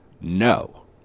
No